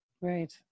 Right